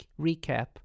recap